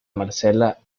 marsella